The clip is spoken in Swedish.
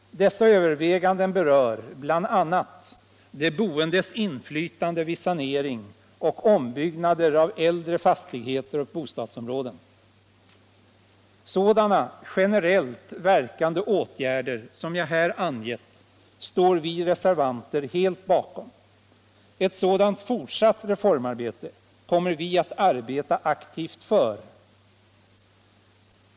Dessa överväganden berör bl.a. de boendes inflytande vid sanering och ombyggnader av äldre fas tigheter och bostadsområden. Sådana generellt verkande åtgärder som jag här angett står vi reservanter helt bakom. Ett fortsatt reformarbete i denna riktning kommer vi att arbeta aktivt för.